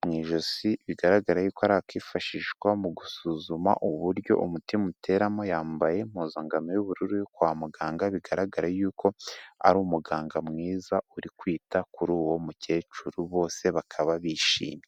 mu ijosi, bigaragara yuko ari akifashishwa mu gusuzuma uburyo umutima uteramo, yambaye impuzangano y'ubururu yo kwa muganga, bigaragare yuko ari umuganga mwiza uri kwita kuri uwo mukecuru, bose bakaba bishimye.